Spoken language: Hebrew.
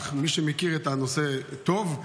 אך מי שמכיר את הנושא טוב,